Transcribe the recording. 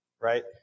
right